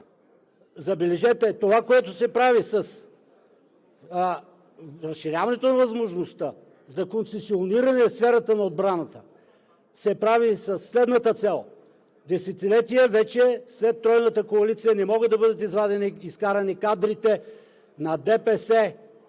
Забележете, това, което се прави с разширяването на възможността за концесиониране в сферата на отбраната, се прави със следната цел: десетилетия вече след Тройната коалиция не могат да бъдат извадени и изкарани кадрите на ДПС